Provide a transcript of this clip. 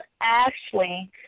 Ashley